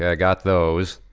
ah got those.